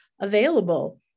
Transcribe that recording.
available